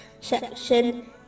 section